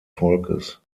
volkes